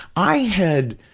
i had